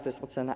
To jest ocena A?